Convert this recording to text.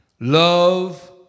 Love